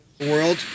world